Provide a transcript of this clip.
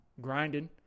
grinding